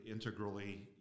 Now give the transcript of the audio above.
integrally